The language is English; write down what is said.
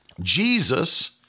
Jesus